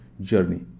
journey